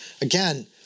Again